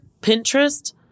Pinterest